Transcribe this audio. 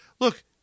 Look